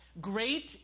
Great